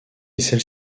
celle